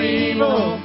evil